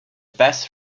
best